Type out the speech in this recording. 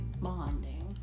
Bonding